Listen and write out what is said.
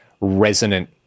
resonant